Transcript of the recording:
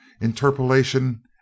interpolation